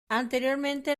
anteriormente